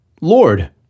Lord